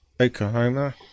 Oklahoma